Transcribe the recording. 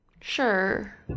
Sure